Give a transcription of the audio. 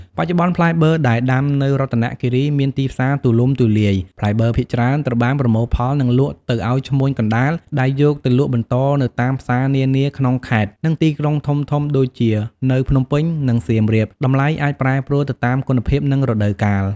បច្ចុប្បន្ន ផ្លែបឺរដែលដាំនៅរតនគិរីមានទីផ្សារទូលំទូលាយ ផ្លែបឺរភាគច្រើនត្រូវបានប្រមូលផល និងលក់ទៅឱ្យឈ្មួញកណ្ដាលដែលយកទៅលក់បន្តនៅតាមផ្សារនានាក្នុងខេត្ត និងទីក្រុងធំៗដូចជានៅភ្នំពេញ និងសៀមរាប តម្លៃអាចប្រែប្រួលទៅតាមគុណភាព និងរដូវកាល។